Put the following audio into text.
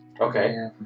Okay